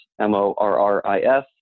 M-O-R-R-I-S